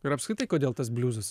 ir apskritai kodėl tas bliuzas